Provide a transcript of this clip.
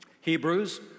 Hebrews